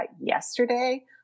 yesterday